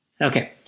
Okay